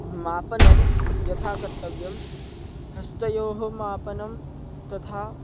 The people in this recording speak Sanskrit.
मापनं यथा कर्तव्यं हस्तयोः मापनं तथा